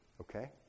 okay